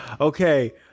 Okay